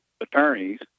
attorneys